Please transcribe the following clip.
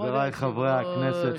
חבריי חברי הכנסת,